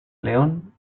león